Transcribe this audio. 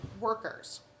workers